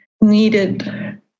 needed